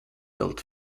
built